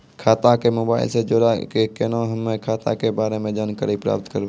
खाता के मोबाइल से जोड़ी के केना हम्मय खाता के बारे मे जानकारी प्राप्त करबे?